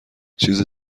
چیز